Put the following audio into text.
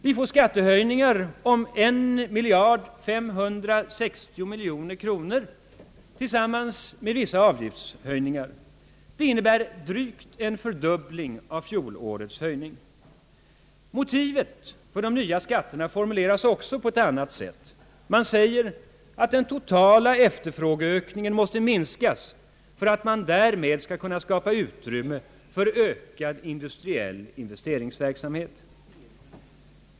Vi får skattehöjningar om 1560 miljoner kronor tillsammans med vissa avgiftshöjningar — drygt en fördubbling av fjolårets höjning. Motivet för de nya skatterna formulerades också på ett annat sätt: den totala efterfrågeökningen måste minskas för att man därmed skall kunna skapa utrymme för ökad industriell investeringsverksamhet.